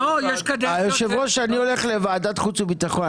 -- היושב-ראש, אני הולך לוועדת חוץ וביטחון.